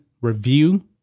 review